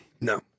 No